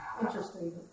Interesting